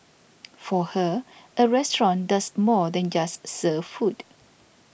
for her a restaurant does more than just serve food